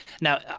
Now